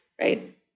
right